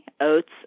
oats